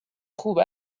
خوب